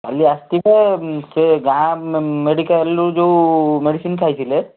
କାଲି ଆସିବେ ସେ ଗାଁ ମେ ମେଡ଼ିକାଲ୍ରୁ ଯୋଉ ମେଡିସିନ୍ ଖାଇଥିଲେ